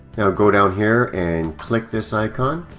now go down here and click this icon